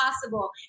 possible